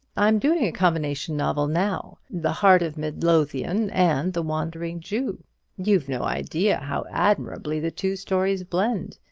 i'm doing a combination novel now the heart of midlothian and the wandering jew you've no idea how admirably the two stories blend.